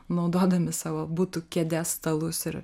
naudodami savo butų kėdes stalus ir